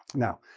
now,